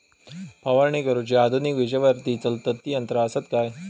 फवारणी करुची आधुनिक विजेवरती चलतत ती यंत्रा आसत काय?